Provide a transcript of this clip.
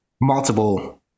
multiple